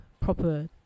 proper